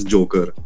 Joker